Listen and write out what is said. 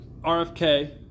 RFK